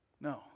no